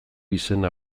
izena